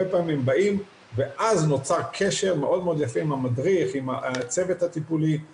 מעבר לקהילה טיפולית שזה חשוב,